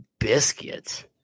biscuits